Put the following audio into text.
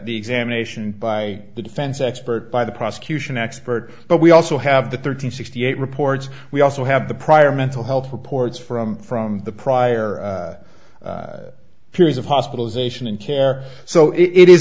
the examination by the defense expert by the prosecution expert but we also have the thirteen sixty eight reports we also have the prior mental health reports from from the prior periods of hospitalization and care so it i